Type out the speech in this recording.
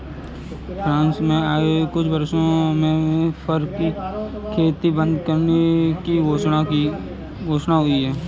France में अगले कुछ वर्षों में फर की खेती बंद करने की घोषणा हुई है